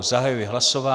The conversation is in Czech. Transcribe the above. Zahajuji hlasování.